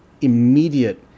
immediate